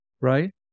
Right